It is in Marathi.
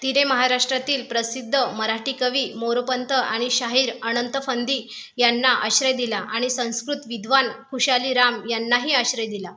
तिने महाराष्ट्रातील प्रसिद्ध मराठी कवी मोरोपंत आणि शाहीर अनंतफंदी यांना आश्रय दिला आणि संस्कृत विद्वान खुशालीराम यांनाही आश्रय दिला